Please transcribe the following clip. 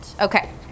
Okay